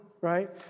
right